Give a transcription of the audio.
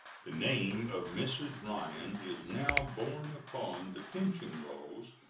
the name of mrs. ryan is now borne upon the pension rolls,